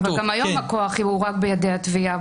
אבל גם היום הכוח הוא רק בידי התביעה.